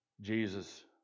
Jesus